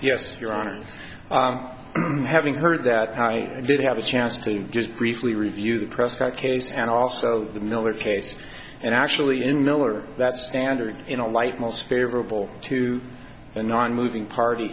having heard that i did have a chance to just briefly review the prescott case and also the miller case and actually in miller that standard in a light most favorable to a nonmoving party